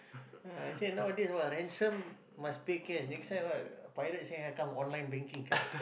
I say nowadays !wah! ransom must pay cash next time ah pirate say come online banking come